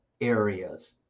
areas